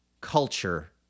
culture